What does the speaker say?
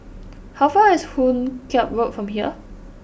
how far away is Hoot Kiam Road from here